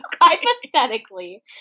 Hypothetically